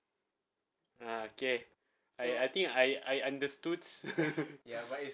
ah okay I think I I understood